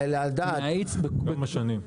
כמה שנים.